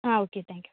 ah okay thank you